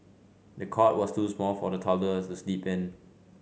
the cot was too small for the toddler to sleep in